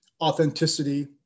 authenticity